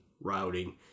routing